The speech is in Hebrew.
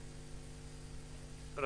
התש"ף-2020.